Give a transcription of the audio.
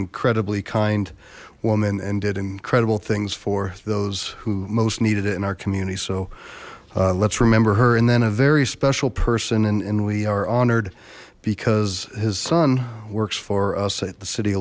incredibly kind woman and did incredible things for those who most needed it in our community so let's remember her and then a very special person and we are honored because his son works for us at the city